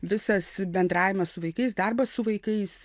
visas bendravimas su vaikais darbas su vaikais